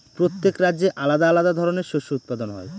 প্রত্যেক রাজ্যে আলাদা আলাদা ধরনের শস্য উৎপাদন হয়